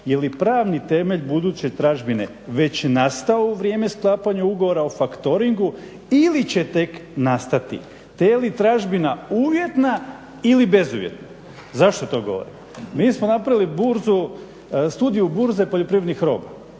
jeli pravni temelj buduće tražbine već nastao u vrijeme sklapanja ugovora o factoringu ili će tek nastati, te jeli tražbina uvjetna ili bezuvjetna". Zašto to govorim? Mi smo napravili studiju burze poljoprivrednih roba,